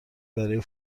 برای